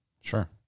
sure